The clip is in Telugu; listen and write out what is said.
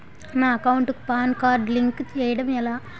నా అకౌంట్ కు పాన్ కార్డ్ లింక్ చేయడం ఎలా?